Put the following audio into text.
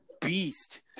beast